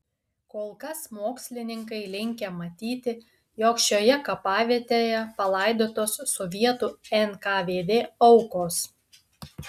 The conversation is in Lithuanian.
kol kas mokslininkai linkę matyti jog šioje kapavietėje palaidotos sovietų nkvd aukos